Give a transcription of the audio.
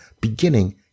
beginning